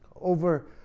over